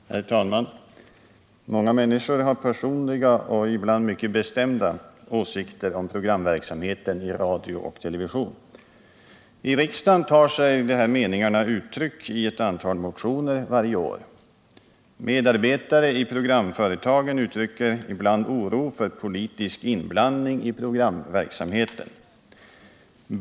Herr talman! Många människor har personliga och ibland mycket bestämda åsikter om programverksamheten i radio och television. I riksdagen tar sig dessa meningar uttryck i ett antal motioner varje år. Medarbetare i programföretagen uttrycker ibland oro för politisk inblandning i programverksamheten.